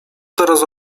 teraz